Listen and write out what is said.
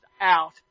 out